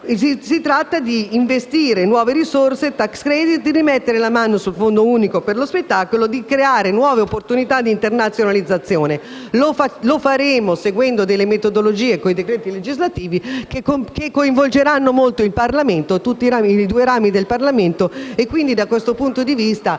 Si tratta di investire nuove risorse, ad esempio con il tax credit, di rimettere le mani sul Fondo unico per lo spettacolo e di creare nuove opportunità di internazionalizzazione. Lo faremo seguendo delle metodologie, con i decreti legislativi, che coinvolgeranno molto entrambi i rami del Parlamento e quindi, da questo punto di vista,